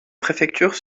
préfecture